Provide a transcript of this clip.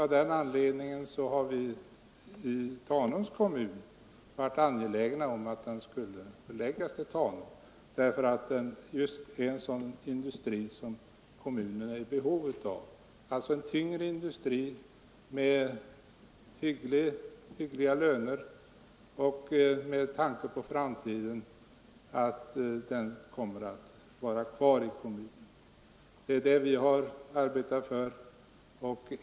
Av den anledningen har vi i Tanums kommun varit angelägna om att få den industrin förlagd till kommunen. Det är just en sådan industri som vår kommun behöver, en tyngre industri med hyggliga löner och varaktig sysselsättning. Det är detta vi har arbetat för.